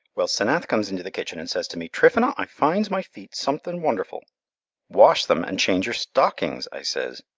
well, senath comes into the kitchen and says to me, tryphena, i finds my feet something wonderful wash them, and change your stockings i says.